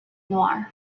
noir